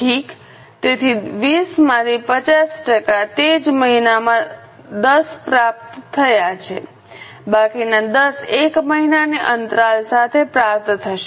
તેથી 20 માંથી 50 ટકા તે જ મહિનામાં 10 પ્રાપ્ત થયા છે બાકીના 10 એક મહિનાની અંતરાલ સાથે પ્રાપ્ત થશે